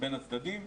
בין הצדדים.